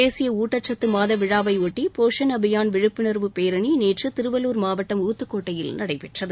தேசிய ஊட்டச்சத்து மாத விழாவை ஒட்டி போஷன் அபியான் விழிப்புணர்வு பேரணி நேற்று திருவள்ளுர் மாவட்டம் ஊத்துக்கோட்டையில் நடைபெற்றது